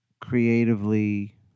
creatively